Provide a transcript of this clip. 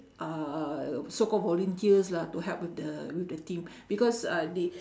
uh so-called volunteers lah to help with the with the team because uh they